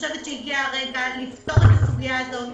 הגיע הרגע לפתור את הסוגיה הזאת,